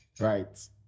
Right